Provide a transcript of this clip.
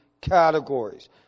categories